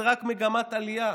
זה רק מגמת עלייה.